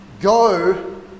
go